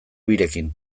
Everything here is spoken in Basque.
birekin